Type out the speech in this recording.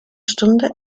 stunde